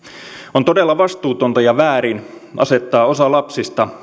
on todella vastuutonta ja väärin asettaa osa lapsista